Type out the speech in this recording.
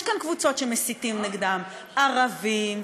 יש כאן קבוצות שמסיתים נגדן: ערבים,